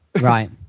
Right